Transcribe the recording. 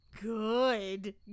good